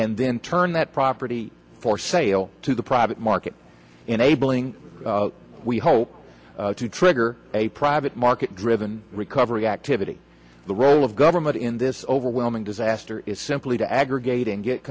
and then turn that property for sale to the private market enabling we hope to trigger a private market driven recovery activity the role of government in this overwhelming disaster is simply to aggregate and get